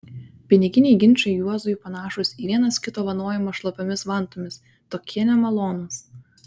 piniginiai ginčai juozui panašūs į vienas kito vanojimą šlapiomis vantomis tokie nemalonūs